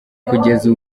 kugeza